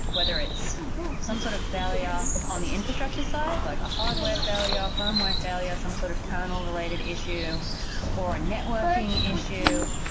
whether it's some sort of failure on the infrastructure side, like a hardware failure, a firmware failure, some sort of kernel related issue or a networking issue,